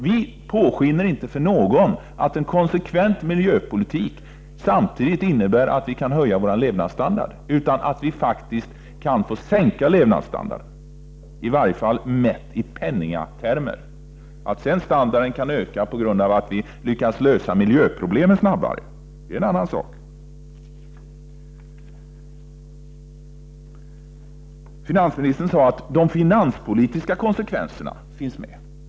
Vi vill inte påskina för någon att en konsekvent miljöpolitik samtidigt innebär att levnadsstandarden kan höjas utan menar att den faktiskt kan komma att sänka levnadsstandarden, i varje fall mätt i penningtermer. Att standarden sedan kan öka på grund av att vi lyckas lösa miljöproblemen snabbare är en annan sak. Finansministern sade att de finanspolitiska konsekvenserna finns med.